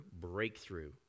breakthrough